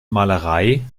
malerei